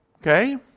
okay